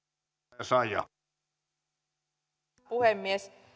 arvoisa puhemies